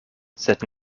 sed